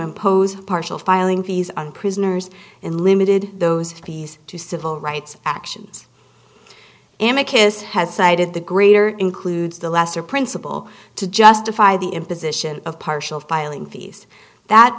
impose partial filing fees on prisoners in limited those fees to civil rights actions am a kiss has cited the greater includes the lesser principle to justify the imposition of partial filing fees that